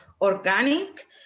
organic